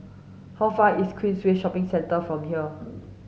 how far is Queensway Shopping Centre from here